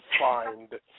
find